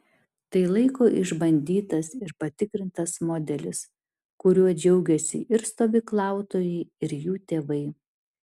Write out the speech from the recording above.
tai laiko išbandytas ir patikrintas modelis kuriuo džiaugiasi ir stovyklautojai ir jų tėvai